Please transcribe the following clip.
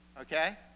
Okay